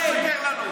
אל תשקר לנו.